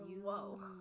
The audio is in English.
whoa